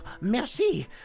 merci